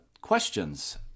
questions